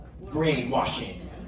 brainwashing